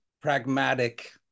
pragmatic